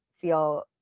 feel